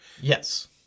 Yes